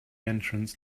entrance